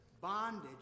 bondage